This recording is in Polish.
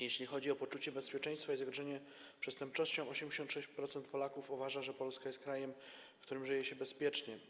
Jeśli chodzi o poczucie bezpieczeństwa i zagrożenie przestępczością, 86% Polaków uważa, że Polska jest krajem, w którym żyje się bezpiecznie.